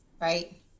right